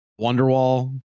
Wonderwall